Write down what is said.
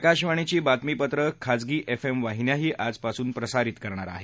आकाशवाणीची बातमीपत्रं खाजगी एफ एम वाहिन्याही आजपासून प्रसारित करणार आहेत